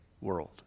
world